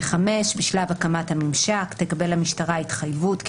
בשלב הקמת הממשק תקבל המשטרה התחייבות כי